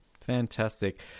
Fantastic